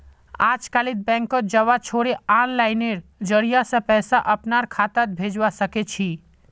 अजकालित बैंकत जबा छोरे आनलाइनेर जरिय स पैसा अपनार खातात भेजवा सके छी